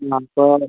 അപ്പോൾ